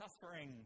suffering